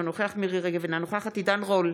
אינו נוכח מירי מרים רגב, אינה נוכחת עידן רול,